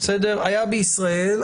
היה בישראל,